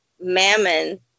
Mammon